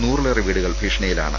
നൂറിലേറെ വീടുകൾ ഭീഷണിയിലാണ്